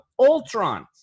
Ultron